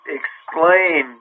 explain